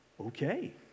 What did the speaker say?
Okay